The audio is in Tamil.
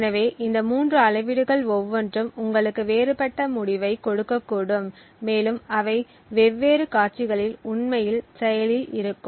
எனவே இந்த மூன்று அளவீடுகள் ஒவ்வொன்றும் உங்களுக்கு வேறுபட்ட முடிவைக் கொடுக்கக்கூடும் மேலும் அவை வெவ்வேறு காட்சிகளில் உண்மையில் செயலில் இருக்கும்